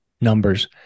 numbers